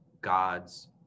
God's